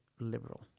liberal